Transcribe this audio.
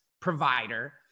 provider